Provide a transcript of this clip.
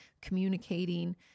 communicating